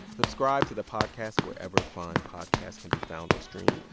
subscribe to the podcast wherever fun podcasts can be found or streamed.